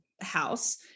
house